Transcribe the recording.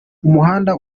umuhanda